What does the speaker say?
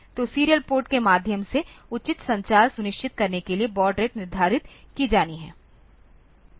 तो serial port के माध्यम से उचित संचार सुनिश्चित करने के लिए बॉड रेट निर्धारित की जानी हैं